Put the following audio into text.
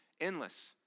endless